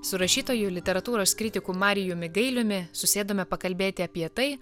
su rašytoju literatūros kritiku marijumi gailiumi susėdome pakalbėti apie tai